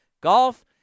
golf